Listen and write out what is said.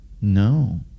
No